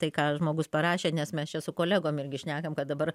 tai ką žmogus parašė nes mes čia su kolegom irgi šnekam kad dabar